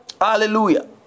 Hallelujah